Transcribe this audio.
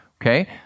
Okay